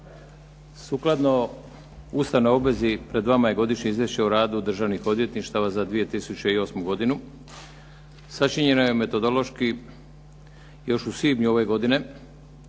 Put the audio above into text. Sukladno Ustavnoj obvezi pred vama je Godišnje izvješće o radu državnih odvjetništava za 2008. godinu. Sačinjeno je metodološki još u svibnju ove godine